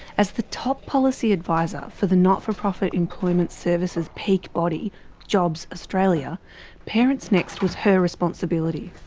as the top policy advisor for the not-for-profit employment services peak body jobs australia parentsnext was her responsibility.